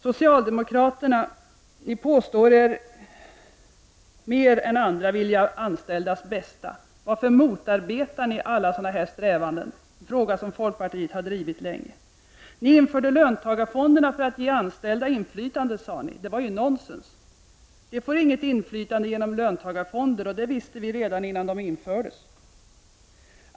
Socialdemokraterna påstår sig vilja se till de anställdas bästa mer än andra. Varför motarbetar ni alla sådana här strävanden? Det är en fråga som folkpartiet har drivit länge. Ni införde löntagarfonderna för att ge de anställda inflytande, sade ni. Det var nonsens. De får inget inflytande genom löntagarfonderna. Det visste vi redan innan de infördes.